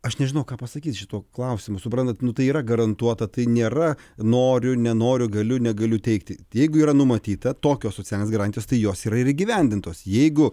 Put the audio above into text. aš nežinau ką pasakyt šituo klausimu suprantat nu tai yra garantuota tai nėra noriu nenoriu galiu negaliu teigti jeigu yra numatyta tokios socialinės garantijos tai jos yra ir įgyvendintos jeigu